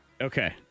Okay